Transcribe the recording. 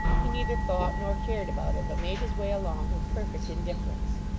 he neither thought nor cared about it, but made his way along, with perfect indifference.